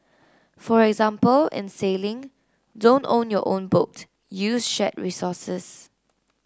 for example in sailing don't own your own boat use shared resources